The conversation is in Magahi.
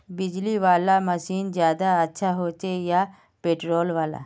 बिजली वाला मशीन ज्यादा अच्छा होचे या पेट्रोल वाला?